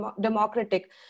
democratic